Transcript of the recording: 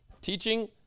Teaching